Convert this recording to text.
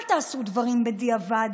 אל תעשו דברים בדיעבד,